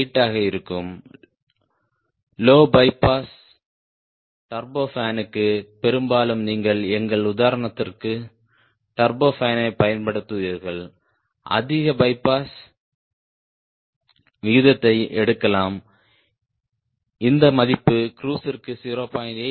8 ஆக இருக்கும் low bypass டர்போபானுக்கு பெரும்பாலும் நீங்கள் எங்கள் உதாரணத்திற்கு டர்போபானைப் பயன்படுத்துவீர்கள் அதிக பைபாஸ் விகிதத்தை எடுக்கலாம் இந்த மதிப்பு க்ரூஸிற்கு 0